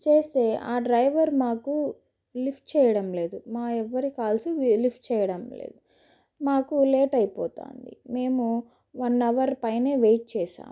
చేస్తే ఆ డ్రైవర్ మాకు లిఫ్ట్ చేయడం లేదు మా ఎవరి కాల్స్ లిఫ్ట్ చేయడం లేదు మాకు లేట్ అయిపోతుంది మేము వన్ అవర్ పైనే వెయిట్ చేసాము